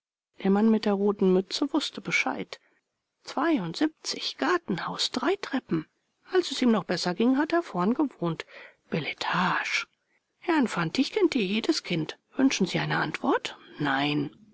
der mann mit der roten mütze wußte bescheid zweiundsiebzig gartenhaus drei treppen als es ihm noch besser ging hat er vorn gewohnt beletage herrn fantig kennt hier jedes kind wünschen sie eine antwort nein